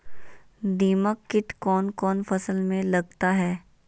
दीमक किट कौन कौन फसल में लगता है?